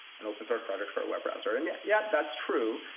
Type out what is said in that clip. an open-source project for a web browser. and, yeah yeah, that's true.